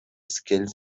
skills